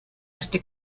arte